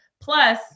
Plus